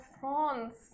France